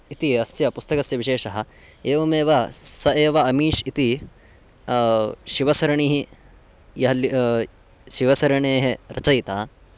इति अस्य पुस्तकस्य विशेषः एवमेव सः एव अमीश् इति शिवसरणिः यः ल् शिवसरणेः शिवसरणेः रचयिता